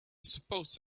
suppose